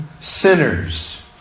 sinners